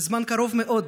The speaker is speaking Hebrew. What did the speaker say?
בזמן קרוב מאוד,